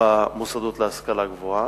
במוסדות להשכלה גבוהה,